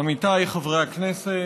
עמיתיי חברי הכנסת,